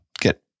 get